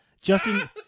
Justin